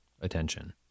attention